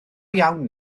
iawn